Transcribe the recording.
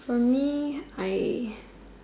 for me I